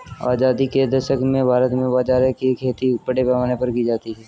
आजादी के दशक में भारत में बाजरे की खेती बड़े पैमाने पर की जाती थी